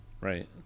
Right